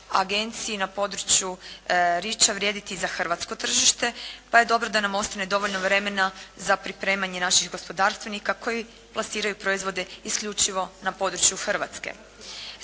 agenciji na području REACHA vrijediti za hrvatsko tržište, pa je dobro da nam ostane dovoljno vremena za pripremanje naših gospodarstvenika koji plasiraju proizvode isključivo na području Hrvatske.